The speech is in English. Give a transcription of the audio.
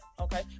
okay